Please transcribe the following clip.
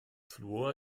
fluor